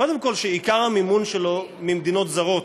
קודם כול, שעיקר המימון שלו ממדינות זרות,